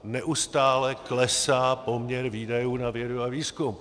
Neustále klesá poměr výdajů na vědu a výzkum.